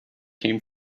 came